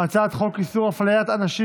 על הצעת חוק דמי מחלה (תיקון,